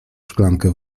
szklankę